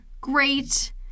great